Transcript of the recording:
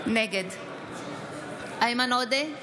נגד איימן עודה,